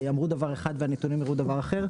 אמרו דבר אחד והנתונים הראו דבר אחר,